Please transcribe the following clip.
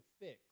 fix